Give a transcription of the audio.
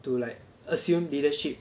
to like assume leadership